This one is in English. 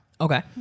Okay